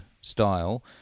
style